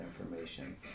information